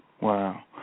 Wow